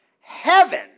Heaven